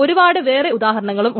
ഒരുപാട് വേറെ ഉദാഹരണങ്ങളും ഉണ്ട്